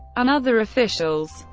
and other officials.